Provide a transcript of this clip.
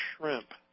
Shrimp